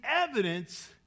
evidence